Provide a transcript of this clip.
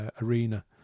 Arena